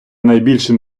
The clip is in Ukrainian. найбільшим